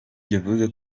yavuze